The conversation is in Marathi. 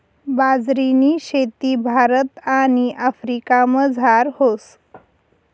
बाजरीनी शेती भारत आणि आफ्रिकामझार व्हस